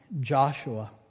Joshua